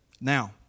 Now